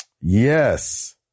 Yes